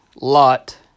Lot